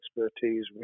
expertise